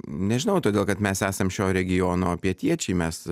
nežinau todėl kad mes esam šio regiono pietiečiai mes